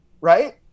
Right